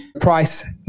price